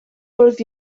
fwrdd